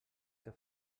que